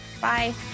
Bye